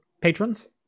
patrons